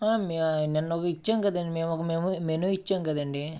ఆ నిన్న ఇచ్చాం కదండి మేము ఒక మేము మెనూ ఇచ్చాం కదండీ